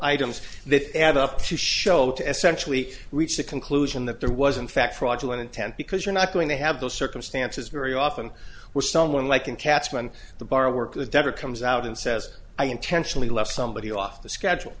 items that add up to show to essentially reach the conclusion that there was an fact fraudulent intent because you're not going to have those circumstances very often where someone like in katzman the borrower to the debtor comes out and says i intentionally left somebody off the schedule